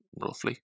roughly